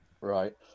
right